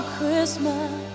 Christmas